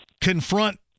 confront